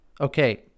Okay